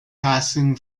passing